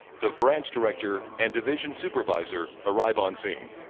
the branch director and division supervisor arrive on scene.